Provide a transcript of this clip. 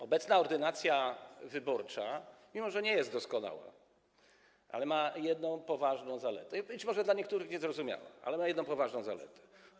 Obecna ordynacja wyborcza, mimo że nie jest doskonała, ma jedną poważną zaletę, być może dla niektórych niezrozumiałą, ale ma jedną poważną zaletę.